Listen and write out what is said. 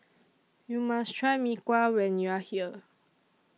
YOU must Try Mee Kuah when YOU Are here